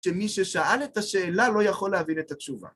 שמי ששאל את השאלה לא יכול להבין את התשובה.